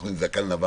אנחנו עם זקן לבן.